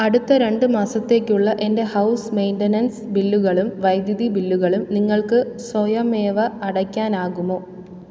അടുത്ത രണ്ട് മാസത്തേക്കുള്ള എൻ്റെ ഹൗസ് മെയിൻ്റെനൻസ് ബില്ലുകളും വൈദ്യുതി ബില്ലുകളും നിങ്ങൾക്ക് സ്വയമേവ അടയ്ക്കാനാകുമോ